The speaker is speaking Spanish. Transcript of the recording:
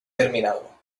terminado